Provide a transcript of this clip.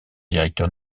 directeur